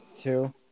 two